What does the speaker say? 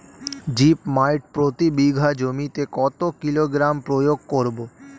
Zip মাইট প্রতি বিঘা জমিতে কত কিলোগ্রাম প্রয়োগ করব?